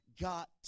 got